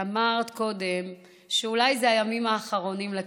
אמרת קודם שאולי אלה הימים האחרונים לכנסת.